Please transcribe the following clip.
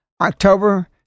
October